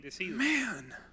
man